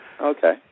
Okay